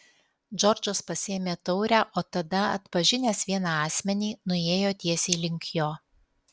džordžas pasiėmė taurę o tada atpažinęs vieną asmenį nuėjo tiesiai link jo